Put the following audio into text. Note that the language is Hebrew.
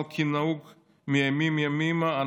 אבל כנהוג מימים ימימה,